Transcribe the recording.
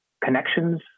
connections